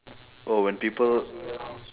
oh when people